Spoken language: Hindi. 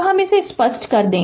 तो हम इसे स्पष्ट कर दे